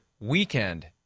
weekend